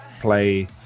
play